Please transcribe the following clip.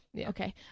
okay